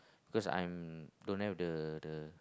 because I'm don't have the the